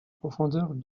profondeurs